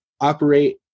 operate